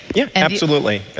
yeah absolutely.